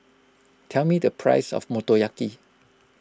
tell me the price of Motoyaki